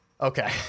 okay